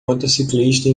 motociclista